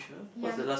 ya